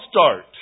start